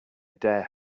dare